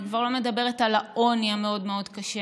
אני כבר לא מדברת על העוני המאוד-מאוד קשה